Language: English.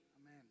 Amen